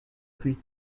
pluie